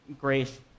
grace